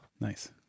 nice